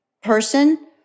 person